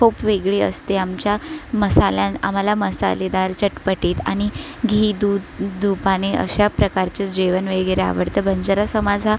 खूप वेगळी असते आमच्या मसाला आम्हाला मसालेदार चटपटीत आणि घी दूध दुपाने अशा प्रकारचे जेवण वगैरे आवडते बंजारा समाज हा